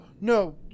No